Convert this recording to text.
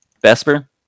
Vesper